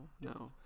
No